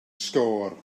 sgôr